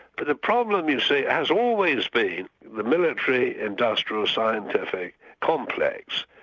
but the problem you see, has always been the military, industrial, scientific complex.